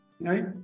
right